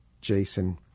Jason